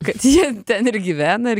kad jie ten ir gyvena ir